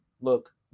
look